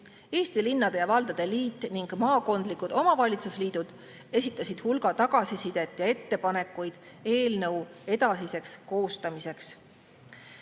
Eesti Linnade ja Valdade Liit ning maakondlikud omavalitsusliidud esitasid hulga tagasisidet ja ettepanekuid eelnõu edasiseks koostamiseks.